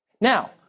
Now